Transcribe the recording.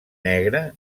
negre